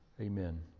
Amen